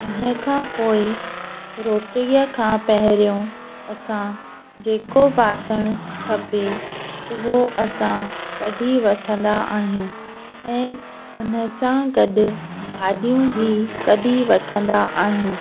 उने खां पोइ रोटीअ खां पहिरियों असां जेको बासणु खपे उहो असां कढी वठंदा आहियूं ऐं हुन सां गॾु भाॼियूं बि कढी वठंदा आहियूं